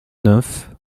neuf